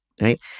right